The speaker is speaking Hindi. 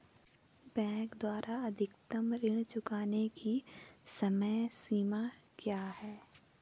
बैंक द्वारा अधिकतम ऋण चुकाने की समय सीमा क्या है?